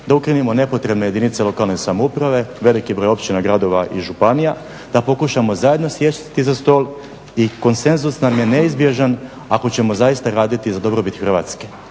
da ukinemo nepotrebne jedinice lokalne samouprave, veliki broj općina, gradova i županija, da pokušamo zajedno sjesti za stol i konsenzus nam je neizbježan ako ćemo zaista raditi za dobrobit Hrvatske.